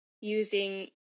using